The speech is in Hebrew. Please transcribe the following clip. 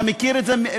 אתה מכיר את זה מאוד.